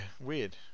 weird